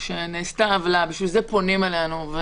בשביל זה פונים אלינו.